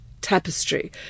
tapestry